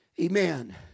Amen